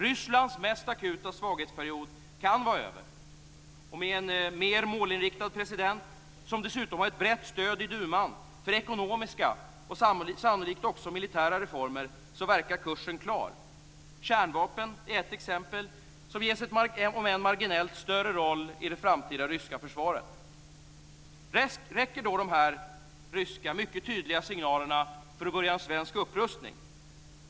Rysslands mest akuta svaghetsperiod kan vara över, och med en mer målinriktad president, som dessutom har ett brett stöd i duman för ekonomiska och sannolikt också militära reformer, verkar kursen klar. Kärnvapen är ett exempel, som ges en om än marginellt större roll i det framtida ryska försvaret. Räcker då de här ryska, mycket tydliga, signalerna för att börja en svensk upprustning?